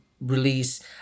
release